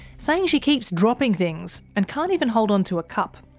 saying she keeps dropping things and can't even hold on to a cup.